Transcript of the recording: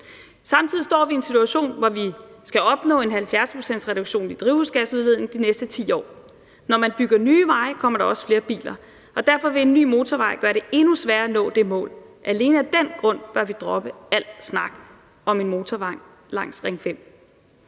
Samtidig står vi i en situation, hvor vi skal opnå en 70-procentsreduktion i drivhusgasudledning de næste 10 år. Når man bygger nye veje, kommer der også flere biler, og derfor vil en ny motorvej gøre det endnu sværere at nå det mål. Alene af den grund bør vi droppe al snak om en motorvej langs Ring 5.